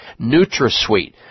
NutraSweet